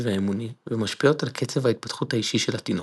ואמוני ומשפיעות על קצב ההתפתחות האישי של התינוק.